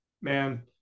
Man